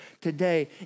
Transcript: today